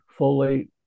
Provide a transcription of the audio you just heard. folate